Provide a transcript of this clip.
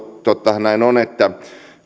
tottahan näin on että